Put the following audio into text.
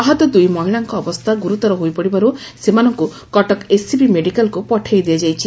ଆହତ ଦୁଇ ମହିଳାଙ୍କ ଅବସ୍ଥା ଗୁରୁତର ହୋଇପଡିବାରୁ ସେମାନଙ୍କୁ କଟକ ଏସ୍ସିବି ମେଡିକାଲକୁ ପଠାଇ ଦିଆଯାଇଛି